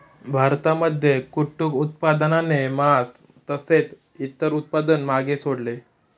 भारतामध्ये कुक्कुट उत्पादनाने मास तसेच इतर उत्पादन मागे सोडले